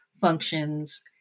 functions